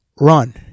Run